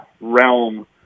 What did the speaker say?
realm